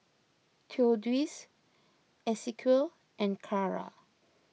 theodis Esequiel and Carra